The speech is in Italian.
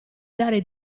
dare